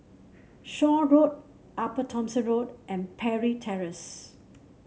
Shaw Road Upper Thomson Road and Parry Terrace